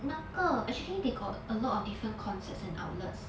那个 actually they got a lot of different concepts and outlets